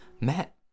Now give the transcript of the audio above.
Matt